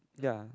ya